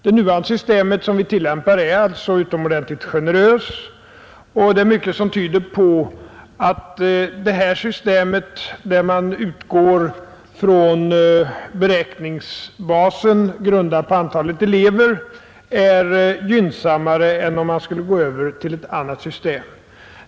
Det nuvarande systemet som vi tillämpar är alltså utomordentligt generöst och det är mycket som tyder på att det här systemet, där man utgår från beräkningsbasen, grundat på antalet elever, är gynnsammare än om man skulle gå över till ett annat system.